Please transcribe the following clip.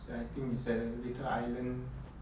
sorry I think it's a little ireland